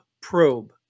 probe